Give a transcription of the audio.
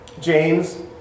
James